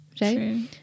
right